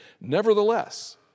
Nevertheless